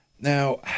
Now